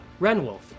Renwolf